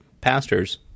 pastors